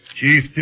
Chief